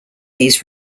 these